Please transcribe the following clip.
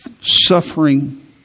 suffering